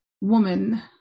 woman